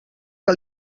que